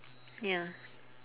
ya